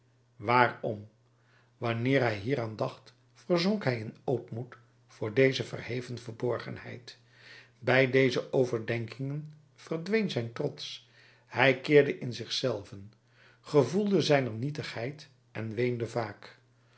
waarom wanneer hij hieraan dacht verzonk hij in ootmoed voor deze verheven verborgenheid bij deze overdenkingen verdween zijn trots hij keerde in zich zelven gevoelde zijner nietigheid en weende vaak